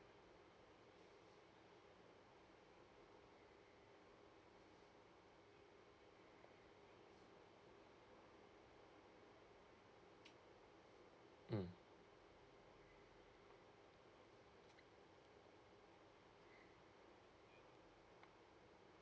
mm